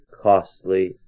costly